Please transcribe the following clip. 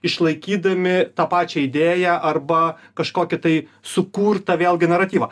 išlaikydami tą pačią idėją arba kažkokį tai sukurtą vėlgi naratyvą